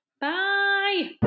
Bye